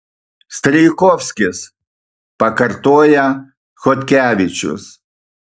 strijkovskis pakartoja chodkevičius